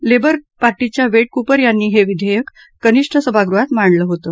labour पार्टीच्या Yvette Cooper यांनी हे विधेयक कनिष्ठ सभागृहात मांडलं होतं